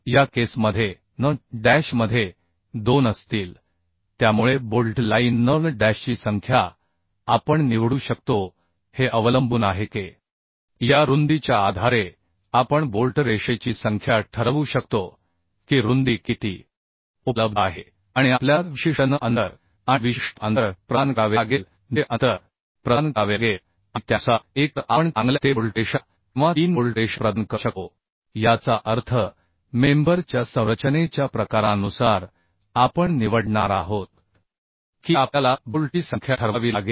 या प्रकरणात n डॅशमध्ये 2 असेल त्यामुळे बोल्ट लाइन N डॅशची संख्या आपण निवडू शकतो हे बोल्ट लाइनच्या संख्येवर अवलंबून आहे या रुंदीच्या आधारावर आपण ठरवू शकतो की उपलब्ध रुंदी किती आहे आणि आपल्याला विशिष्ट n अंतर आणि काही अंतर प्रदान करावे लागेल जे अंतर प्रदान करायचे आहे आणि त्यानुसार एकतर आपण बोल्ट लाइनला चांगले देऊ शकतो किंवा 3 बोल्ट लाइन म्हणजे सदस्याच्या संरचनेच्या प्रकारानुसार आपण निवडणार आहोत त्यावर अवलंबून आपल्याला बोल्टची संख्या ठरवायची आहे